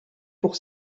pour